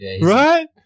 right